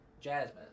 Jasmine